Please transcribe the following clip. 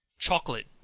Chocolate